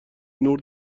نور